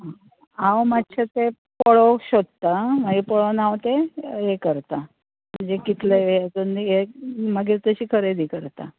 हांव मातशे ते पळोवंक शकतां मागीर पळोवन हांव ते हें करतां मागीर ताजी खरेदी करता